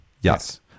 Yes